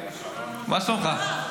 הוא שומע מוזיקה.